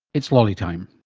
it's lolly time.